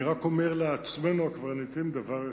ואני רק אומר לעצמנו, הקברניטים, דבר אחד: